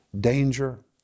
danger